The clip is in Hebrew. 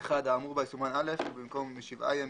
(1) האמור בה יסומן (א) ובמקום "משבעה ימים"